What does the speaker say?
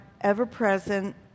ever-present